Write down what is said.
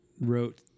wrote